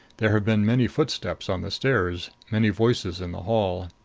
there have been many footsteps on the stairs, many voices in the hall.